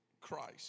Christ